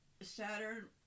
Saturn